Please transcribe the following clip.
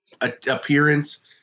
appearance